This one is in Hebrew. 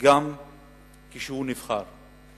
גם כשהוא נבחר.